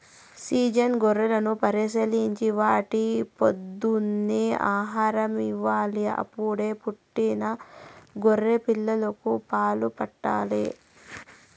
season గొర్రెలను పరిశీలించి వాటికి పొద్దున్నే ఆహారం ఇవ్వాలి, అప్పుడే పుట్టిన గొర్రె పిల్లలకు పాలు పాట్టించాలి